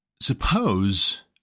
Suppose